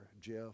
Jeff